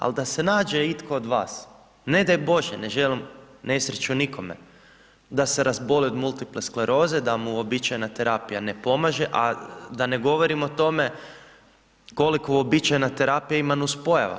Ali, da se nađe itko od vas, ne daj Bože, ne želim nesreću nikome da se razboli od multiple skleroze da mu uobičajena terapija ne pomaže, a da ne govorim o tome, koliko uobičajena terapija ima nuspojava.